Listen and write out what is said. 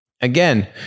again